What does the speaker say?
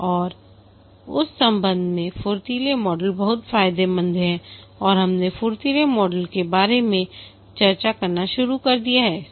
और उस संबंध में फुर्तीली मॉडल बहुत फायदेमंद है और हमने फुर्तीले मॉडल के बारे में चर्चा करना शुरू कर दिया था